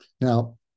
Now